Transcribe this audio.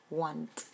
want